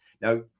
Now